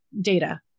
data